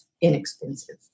inexpensive